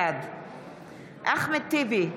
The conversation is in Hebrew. בעד אחמד טיבי,